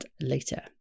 later